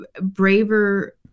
braver